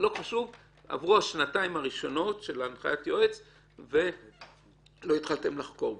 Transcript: עברו השנתיים הראשונות של הנחיית יועץ ולא התחלתם לחקור בכלל.